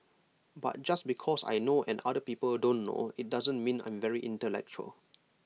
but just because I know and other people don't know IT doesn't mean I'm very intellectual